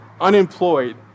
unemployed